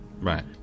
right